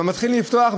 הוא מתחיל לפתוח,